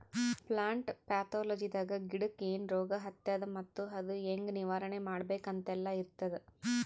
plant ಪ್ಯಾಥೊಲಜಿದಾಗ ಗಿಡಕ್ಕ್ ಏನ್ ರೋಗ್ ಹತ್ಯಾದ ಮತ್ತ್ ಅದು ಹೆಂಗ್ ನಿವಾರಣೆ ಮಾಡ್ಬೇಕ್ ಅಂತೆಲ್ಲಾ ಇರ್ತದ್